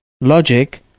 logic